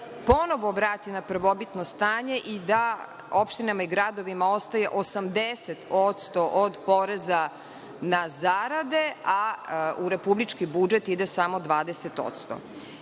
ponovo vrati na prvobitno stanje i da opštinama i gradovima ostaje 80% od poreza na zarade, a da u republički budžet ide samo 20%.Ovim